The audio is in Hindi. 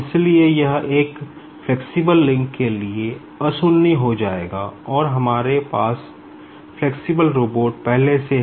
इसलिए यह एक फ्लेक्सिबल लिंक के लिए अशून्य हो जाएगा और हमारे पास फ्लेक्सिबल रोबोट पहले से है